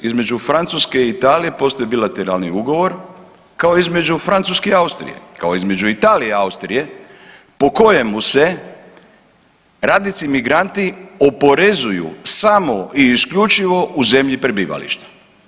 Između Francuske i Italije postoji bilateralni ugovor kao i između Francuske i Austrije, kao između Italije i Austrije po kojemu se radnici migranti oporezuju samo i isključivo u zemlji prebivališta.